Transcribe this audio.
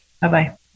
Bye-bye